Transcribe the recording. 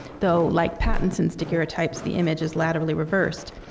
though, like pattinson's daguerreotypes, the image is laterally reversed.